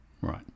Right